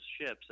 ships